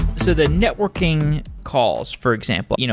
so the networking calls for example, you know